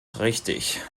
richtig